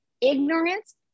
ignorance